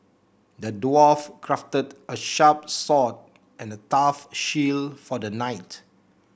the dwarf crafted a sharp sword and a tough shield for the knight